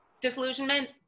disillusionment